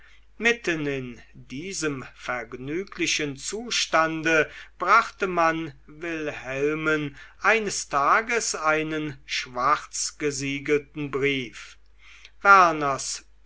mitten in diesem vergnüglichen zustande brachte man wilhelmen eines tags einen schwarzgesiegelten brief